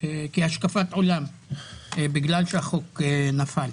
וכהשקפת עולם בגלל שהחוק נפל?